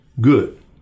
good